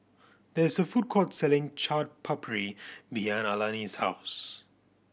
there is a food court selling Chaat Papri behind Alani's house